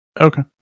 Okay